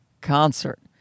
concert